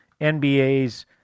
NBA's